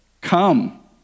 Come